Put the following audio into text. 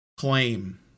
Claim